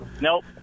Nope